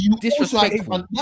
disrespectful